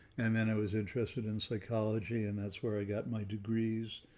and then i was interested in psychology. and that's where i got my degrees,